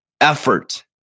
Effort